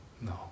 No